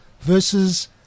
versus